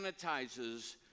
sanitizes